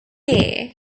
year